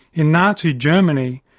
in nazi germany,